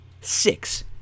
six